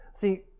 See